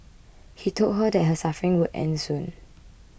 he told her that her suffering would end soon